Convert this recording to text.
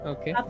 Okay